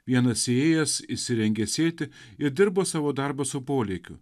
vienas įėjęs išsirengė sėti ir dirbo savo darbą su polėkiu